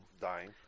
Dying